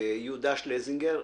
יהודה שלזינגר,